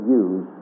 use